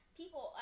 people